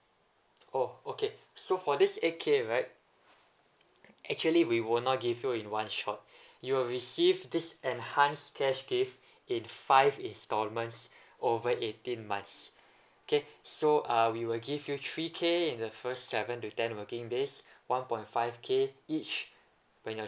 oh okay so for this eight K right actually we will not give you in one shot you will receive this enhanced cash gift in five installments over eighteen months okay so uh we will give you three K in the first seven to ten working days one point five K each when your